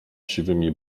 siwymi